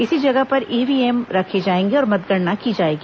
इसी जगह पर ईव्हीएम रखे जाएंगे और मतगणना की जाएगी